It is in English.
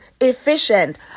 efficient